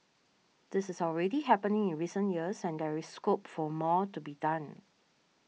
this is already happening in recent years and there is scope for more to be done